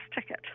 ticket